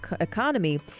economy